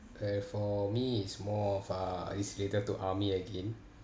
uh for me is more of uh is related to army again